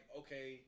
okay